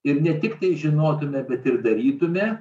ir ne tiktai žinotume bent ir darytume